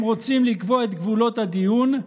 הם רוצים לקבוע את גבולות הדיון,